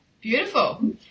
Beautiful